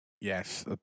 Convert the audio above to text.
Yes